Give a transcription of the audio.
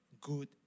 good